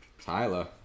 Tyler